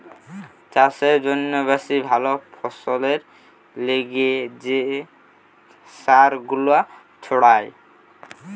চাষের জন্যে বেশি ভালো ফসলের লিগে যে সার গুলা ছড়ায়